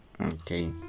Okay